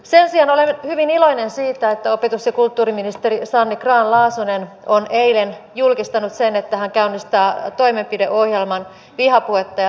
sen sijaan olen hyvin iloinen siitä että opetus ja kulttuuriministeri sanni grahn laasonen on eilen julkistanut sen että hän käynnistää toimenpideohjelman vihapuhetta ja rasismia vastaan